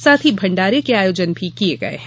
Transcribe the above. साथ ही भण्डारे के आयोजन भी किये गये हैं